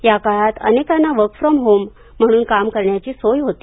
या काळात अनेकांना वर्क फ्रॉम होम म्हणून काम करण्याची सोय होती